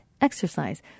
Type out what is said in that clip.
exercise